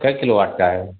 कै kilowatt का है